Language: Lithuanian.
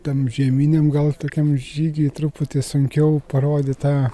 tam žieminiam gal tokiam žygiui truputį sunkiau parodyt tą